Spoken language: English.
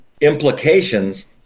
implications